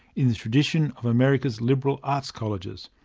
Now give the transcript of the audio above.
in the tradition of america's liberal arts colleges.